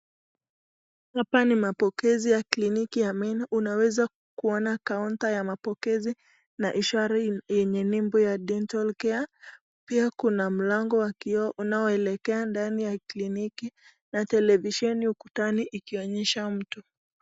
Hapa ni mapokezi ya kliniki ya meno. Unaweza kuona kaunta ya mapokezi na ishara yenye nembo ya dental care , pia kuna mlango wa kioo unaoelekea ndani ya kliniki na televisheni ukutani ikionyesha mtu.